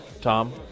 Tom